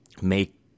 make